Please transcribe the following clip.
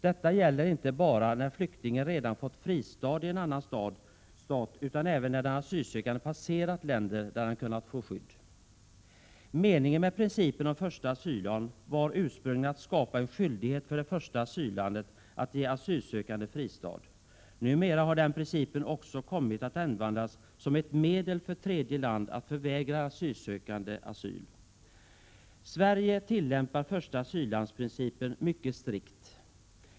Detta gäller inte bara när flyktingen redan fått fristad i annan stat utan även när den asylsökande passerat länder där han kunnat få skydd. Meningen med principen om första asylland var ursprungligen att skapa en skyldighet för det första asyllandet att ge asylsökande fristad. Sedan har den principen också kommit att användas som ett medel för tredje land att förvägra den asylsökande asyl. Sverige tillämpar första asyllandsprincipen mycket strikt.